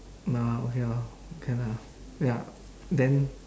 orh okay lor okay lah ya then